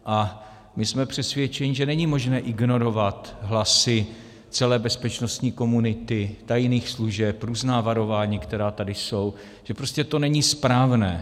A my jsme přesvědčeni, že není možné ignorovat hlasy celé bezpečnostní komunity, tajných služeb, různá varování, která tady jsou, že prostě to není správné.